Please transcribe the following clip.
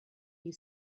you